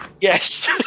Yes